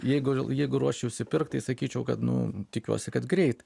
jeigu jeigu ruošiuosčiausi pirkt tai sakyčiau kad nu tikiuosi kad greit